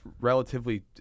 relatively